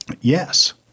Yes